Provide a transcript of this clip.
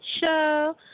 Show